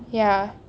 ya